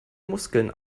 muskeln